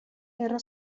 era